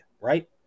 right